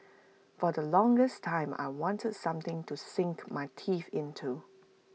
for the longest time I wanted something to sink my teeth into